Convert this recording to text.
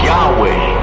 Yahweh